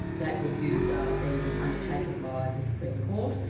that review's ah been undertaken by the supreme court,